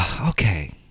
okay